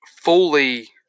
fully